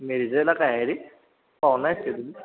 मिरजेला काय आहे रे पाहुणे आहेत का कोणी